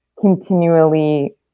continually